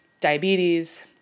diabetes